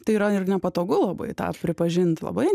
tai yra ir nepatogu labai tą pripažint labai